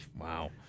Wow